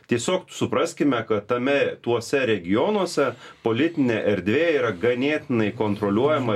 tiesiog supraskime kad tame tuose regionuose politinė erdvė yra ganėtinai kontroliuojama